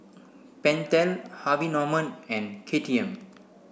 Pentel Harvey Norman and K T M